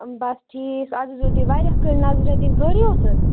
بس ٹھیٖک از حظ آیوٕ تُہۍ واریاہ کٲلۍ نَظر دِنہٕ خٲرٕے اوس حظ